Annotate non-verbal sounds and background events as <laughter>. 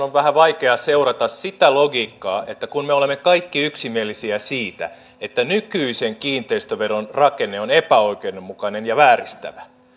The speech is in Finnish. <unintelligible> on vähän vaikea seurata sitä logiikkaa että kun me olemme kaikki yksimielisiä siitä että nykyisen kiinteistöveron rakenne on epäoikeudenmukainen ja vääristävä